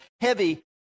heavy